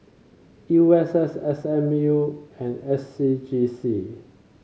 U S S S M U and S C G C